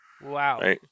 Wow